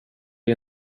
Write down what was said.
dig